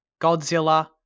Godzilla